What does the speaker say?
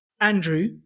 Andrew